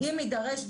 אם יידרש,